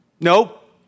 nope